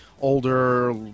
older